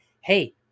hey